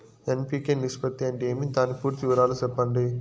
NPK నిష్పత్తి అంటే ఏమి దాని పూర్తి వివరాలు సెప్పండి?